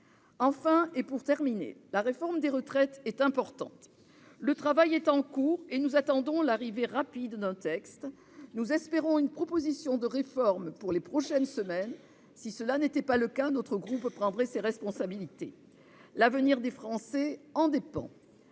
l'importante réforme des retraites. Le travail est en cours et nous attendons l'arrivée rapide d'un texte ; nous espérons une proposition de réforme dans les prochaines semaines. Si cela n'était pas le cas, notre groupe prendrait ses responsabilités. L'avenir des Français en dépend.